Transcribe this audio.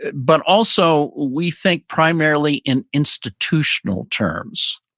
but also we think primarily in institutional terms,